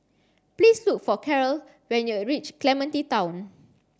please look for Caryl when you reach Clementi Town